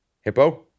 HIPPO